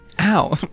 ow